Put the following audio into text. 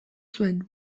zuen